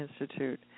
Institute